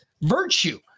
virtue